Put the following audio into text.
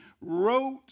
wrote